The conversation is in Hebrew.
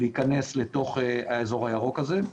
להיכנס לאזור הירוק הזה.